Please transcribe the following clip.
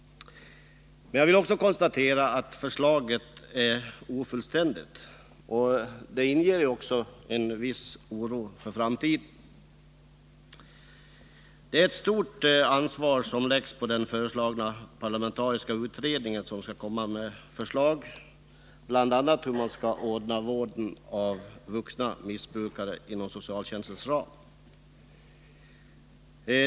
Men jag vill också konstatera att förslaget är ofullständigt och inger en viss oro för framtiden. Det är ett stort ansvar som läggs på den föreslagna parlamentariska utredningen, som skall komma fram till förslag om bl.a. hur man skall ordna vården av vuxna missbrukare inom socialtjänstens ram.